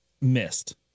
missed